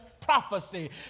prophecy